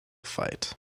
fight